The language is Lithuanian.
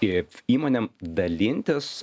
it įmonėm dalintis